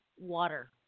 water